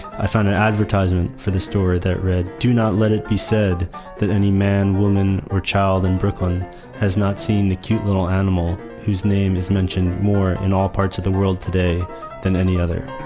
i found an advertisement for this story that read, do not let it be said that any man, woman, or child in brooklyn has not seen the cute little animal whose name is mentioned more in all parts of the world today than any other.